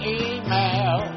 email